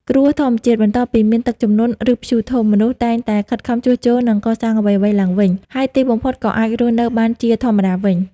គ្រោះធម្មជាតិ បន្ទាប់ពីមានទឹកជំនន់ ឬព្យុះធំ មនុស្សតែងតែខិតខំជួសជុល និងកសាងអ្វីៗឡើងវិញ ហើយទីបំផុតក៏អាចរស់នៅបានជាធម្មតាវិញ។